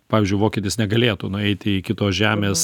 pavyzdžiui vokietis negalėtų nueiti į kitos žemės